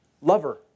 lover